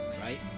right